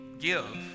Give